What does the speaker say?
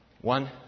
one